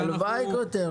הלוואי כותרת...